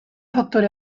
faktore